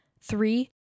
Three